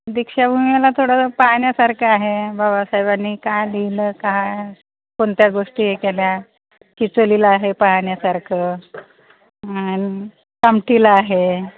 दीक्षाभूमीला थोडंसं पाहण्यासारखं आहे बाबासाहेबांनी काय दिलं काय कोणत्या गोष्टी हे केल्या खिचलीला आहे पाहण्यासारखं आणि कामठीला आहे